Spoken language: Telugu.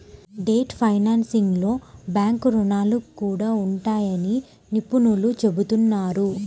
డెట్ ఫైనాన్సింగ్లో బ్యాంకు రుణాలు కూడా ఉంటాయని నిపుణులు చెబుతున్నారు